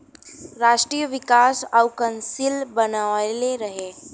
राष्ट्रीय विकास काउंसिल बनवले रहे